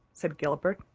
said gilbert,